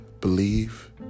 believe